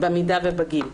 במידה ובגיל.